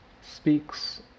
speaks